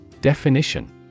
Definition